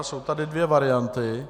Jsou tady dvě varianty.